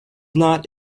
not